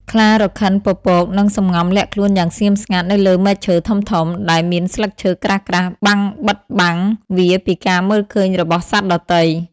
ខ្លារខិនពពកនឹងសំងំលាក់ខ្លួនយ៉ាងស្ងៀមស្ងាត់នៅលើមែកឈើធំៗ ដែលមានស្លឹកឈើក្រាស់ៗបាំងបិទបាំងវាពីការមើលឃើញរបស់សត្វដទៃ។